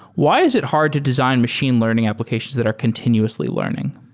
why is it hard to design machine learning applications that are continuously learning?